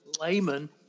layman